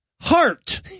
heart